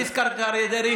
את הדבקת לאריה דרעי